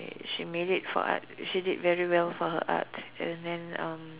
she made it for art she did very well for her art and then um